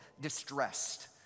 distressed